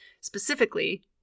specifically